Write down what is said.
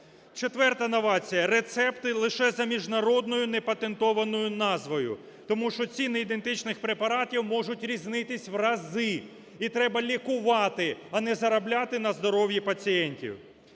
Четверта новація – рецепти лише за міжнародною непатентованою назвою. Тому що ціни ідентичних препаратів можуть різнитись в рази, і треба лікувати, а не заробляти на здоров'ї пацієнтів.